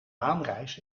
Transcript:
maanreis